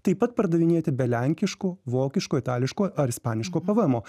taip pat pardavinėti be lenkiško vokiško itališko ar ispaniško pvmo